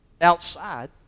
outside